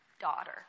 daughter